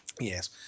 yes